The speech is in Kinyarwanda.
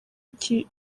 iki